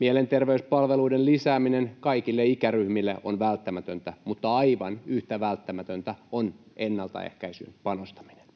Mielenterveyspalveluiden lisääminen kaikille ikäryhmille on välttämätöntä, mutta aivan yhtä välttämätöntä on ennaltaehkäisyyn panostaminen.